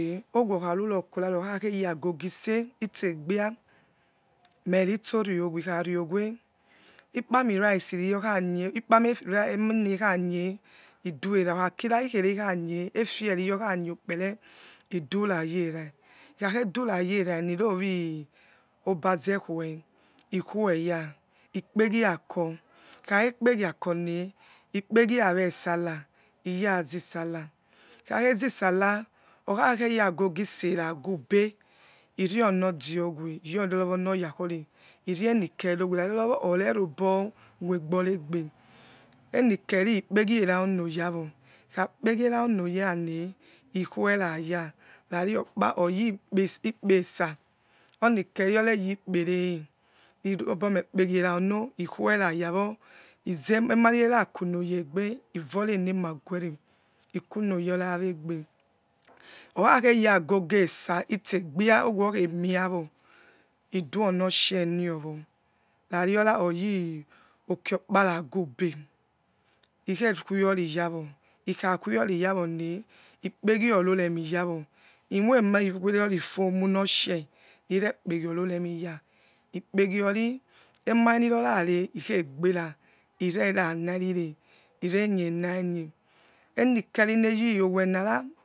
Owokharurokorare okhakheyi agogo ise itsegbi meriso riowe ikpamirice ikpami eminariyokhanie efie riyokhanie ukpere idurayera ikhakhe durayerane irue arnizeque iqueya ikpegi ako ikhakhepegiakone ikpegi awe sallah iyazisallah ikhakhezisallah okhakhe yi agogo ise nagu ube ironodio owe nirororwo yakhore iroienikhe ave rarirorowo orerobo moiboregbe enik eri ikpegie raunoyawo ikhakpegie ra uno yane ikueraya rari okpa oyi kpe ikpe esa onikeri oreyikpe ere irobome kpegie iraumo ikuera yawo ize emanirera kunoyegbe ivorenema gueva ikunoyorawegbe okhakheya agogo ese itse ebia owo okhemiawo idonosie norwo rari ora oyi uki okpanagi ube ikheque oriyawo okhaqueoriyawone ikpegioro remiyawo imoi ema wereri foamu norshie rorekpegiororemiya ikpegio ri emarenirora re ikhegbera irera narire irenye nainiye enikerine yi owenara,